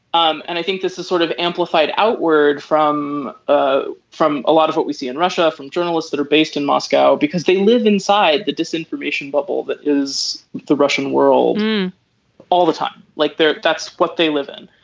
um and i think this is sort of amplified outward from ah from a lot of what we see in russia from journalists that are based in moscow because they live inside the disinformation bubble that is the russian world all the time like there. that's what they live in.